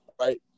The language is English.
right